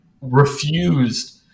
refused